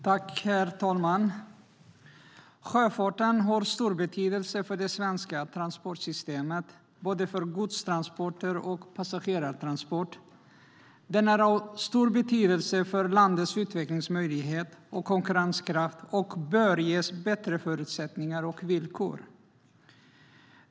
Herr talman! Sjöfarten har stor betydelse för det svenska transportsystemet, både för godstransporter och passagerartransporter. Den är av stor betydelse för landets utvecklingsmöjlighet och konkurrenskraft och bör ges bättre förutsättningar och villkor.